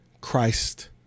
christ